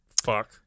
fuck